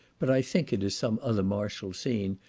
but i think it is some other martial scene,